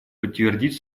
подтвердить